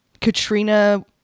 Katrina